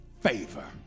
favor